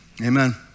Amen